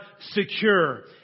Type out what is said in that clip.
secure